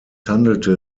handelte